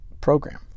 program